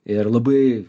ir labai